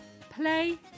play